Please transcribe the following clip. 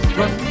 run